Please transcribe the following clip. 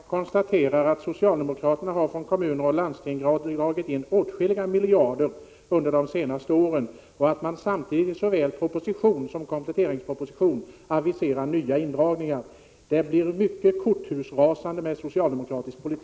Herr talman! Jag konstaterar att socialdemokraterna har dragit in åtskilliga miljarder från kommuner och landsting under de senaste åren. Man har samtidigt aviserat nya indragningar såväl i budgetpropositionen som i kompletteringspropositionen. Socialdemokratisk politik leder till att många korthus rasar.